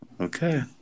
Okay